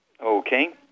Okay